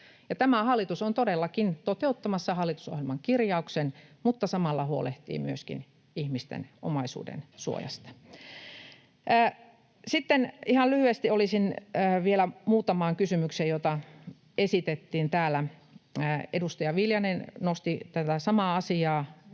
Tämä hallitus on todellakin toteuttamassa hallitusohjelman kirjauksen mutta samalla huolehtii myöskin ihmisten omaisuudensuojasta. Sitten ihan lyhyesti olisin vastannut vielä muutamaan kysymykseen, joita esitettiin täällä. Edustaja Viljanen nosti tätä samaa asiaa